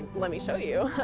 let me show you.